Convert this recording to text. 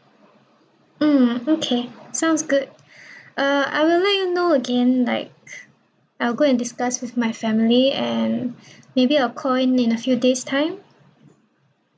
mm okay sounds good uh I will let you know again like I will go and discuss with my family and maybe I call in in a few days time